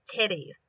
titties